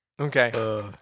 Okay